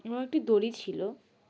এবং একটি দড়ি ছিল